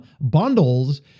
bundles